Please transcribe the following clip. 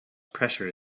pressure